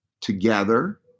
together